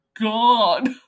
god